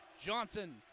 Johnson